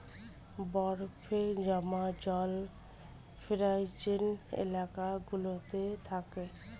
বরফে জমা জল ফ্রোজেন এলাকা গুলোতে থাকে